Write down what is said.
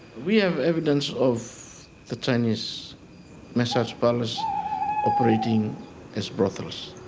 we have evidence of the chinese massage parlours operating as brothels.